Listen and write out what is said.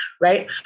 right